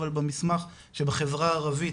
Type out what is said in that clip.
אבל במסמך שבחברה הערבית,